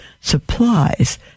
supplies